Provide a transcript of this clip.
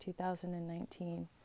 2019